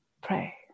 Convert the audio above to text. pray